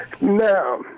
Now